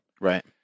Right